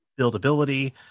buildability